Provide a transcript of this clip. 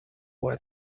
boy